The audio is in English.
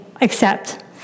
accept